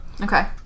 Okay